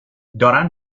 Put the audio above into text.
دارن